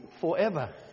forever